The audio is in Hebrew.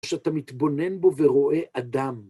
כשאתה מתבונן בו ורואה אדם.